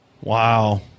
Wow